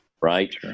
Right